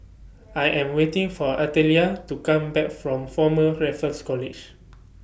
I Am waiting For Artelia to Come Back from Former Raffles College